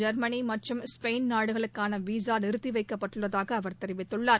Germany மற்றும் Spain நாடுகளுக்கான visa நிறுத்தி வைக்கப்பட்டுள்ளதாக அவர் தெரிவித்துள்ளார்